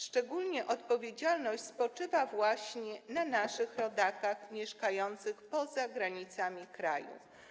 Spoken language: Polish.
Szczególnie odpowiedzialność spoczywa właśnie na naszych rodakach mieszkających poza granicami kraju.